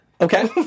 okay